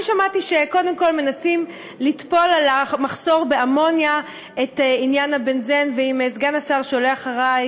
מעמיקים את הפער לעומת המדינות האחרות.